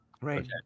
Right